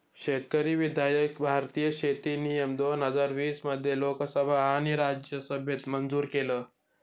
शेतकरी विधायक भारतीय शेती नियम दोन हजार वीस मध्ये लोकसभा आणि राज्यसभेत मंजूर केलं